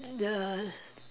and the